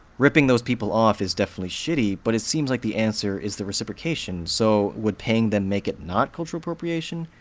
ripping those people off is definitely shitty, but it seems like the answer is the reciprocation so would paying them make it not cultural appropriation,